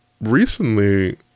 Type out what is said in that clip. recently